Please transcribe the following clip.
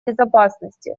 безопасности